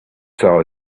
saw